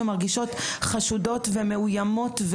שמרגישות חשודות ומאוימות.